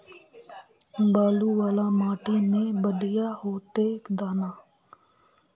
बालू वाला माटी में बढ़िया होते दाना?